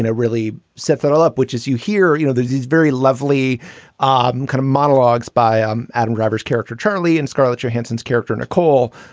and really set that all up, which is you hear you know, there's these very lovely um kind of monologues by um adam driver's character, charlie and scarlett johansson's character, nicole.